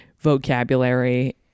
vocabulary